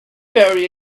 very